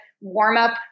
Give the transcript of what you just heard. warm-up